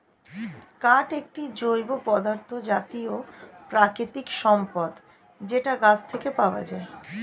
কাঠ একটি জৈব পদার্থ জাতীয় প্রাকৃতিক সম্পদ যেটা গাছ থেকে পায়